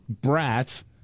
brats